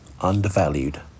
undervalued